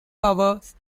powers